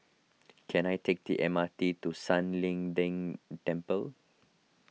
can I take the M R T to San Lian Deng Temple